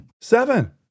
Seven